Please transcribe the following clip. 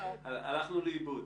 הלכנו פה לאיבוד.